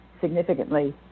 significantly